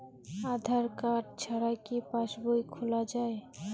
আধার card ছাড়া কি পাসবই খোলা যায়?